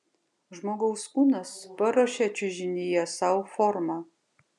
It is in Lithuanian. žmogaus kūnas paruošia čiužinyje sau formą